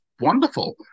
wonderful